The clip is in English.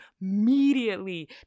immediately